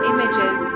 Images